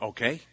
Okay